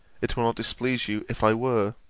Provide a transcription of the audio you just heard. it will not displease you if i were.